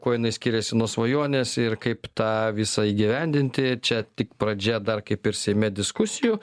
kuo jinai skiriasi nuo svajonės ir kaip tą visą įgyvendinti čia tik pradžia dar kaip ir seime diskusijų